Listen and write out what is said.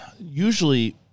Usually